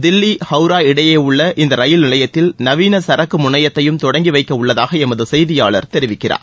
தில்லி ஹவுரா இடையே உள்ள இந்த ரயில் நிலையத்தில் நவீன சரக்கு முனையத்தையும் தொடங்கி வைக்கவுள்ளதாக எமது செய்தியாளர் தெரிவிக்கிறார்